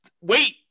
Wait